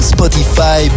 Spotify